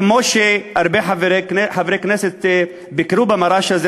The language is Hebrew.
כמו שהרבה חברי כנסת ביקרו במר"ש הזה,